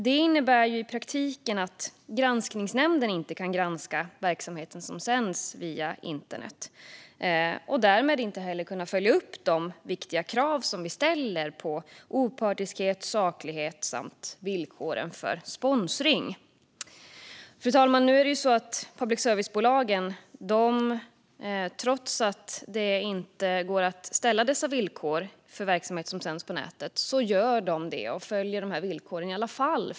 Det innebär i praktiken att granskningsnämnden inte kan granska verksamheten som sänds via internet och därmed inte kan följa upp de viktiga krav som vi ställer på opartiskhet, saklighet samt villkoren för sponsring. Fru talman! Trots att det inte går att ställa dessa villkor för verksamhet som sänds på nätet följer public service-bolagen villkoren i alla fall.